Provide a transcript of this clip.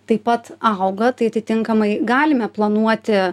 taip pat auga tai atitinkamai galime planuoti